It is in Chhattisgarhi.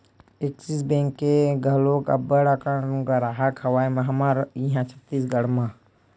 ऐक्सिस बेंक के घलोक अब्बड़ अकन गराहक हवय हमर इहाँ छत्तीसगढ़ म